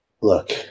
look